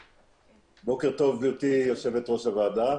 טוב, גברתי יושבת-ראש הוועדה.